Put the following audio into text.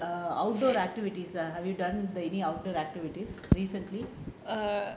err outdoor activities have you done any outdoor activities recently